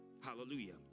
Hallelujah